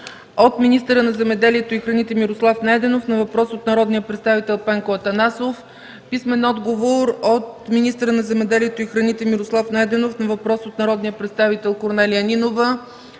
- министъра на земеделието и храните Мирослав Найденов на въпрос от народния представител Пенко Атанасов; - министъра на земеделието и храните Мирослав Найденов на въпрос от народния представител Корнелия Нинова;